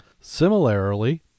Similarly